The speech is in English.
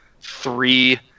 three